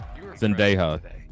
Zendaya